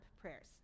prayers